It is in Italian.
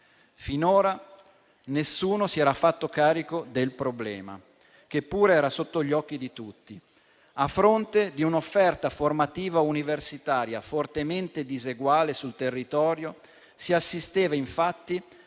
Finora nessuno si era fatto carico del problema, che pure era sotto gli occhi di tutti. A fronte di un'offerta formativa universitaria fortemente diseguale sul territorio, si assisteva infatti al